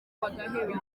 bagaheba